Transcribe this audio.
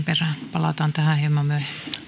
palataan tähän hieman